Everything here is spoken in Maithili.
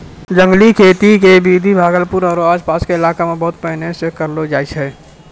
जंगली खेती के विधि भागलपुर आरो आस पास के इलाका मॅ बहुत पहिने सॅ करलो जाय छै